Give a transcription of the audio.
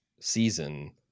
season